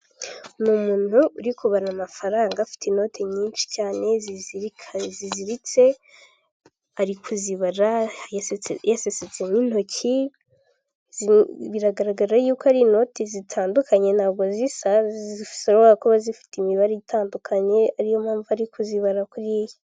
Ni umuntu uri kubara amafaranga, afite inoti nyinshi cyane ziziritse. Ari kuzibara yasesetsemo intoki, biragaragara ko ari inoti zitandukanye, ntabwo zisa. Zishobora kuba zifite imibare itandukanye, ariyo mpamvu zibara kuriya.